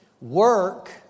Work